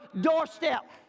doorstep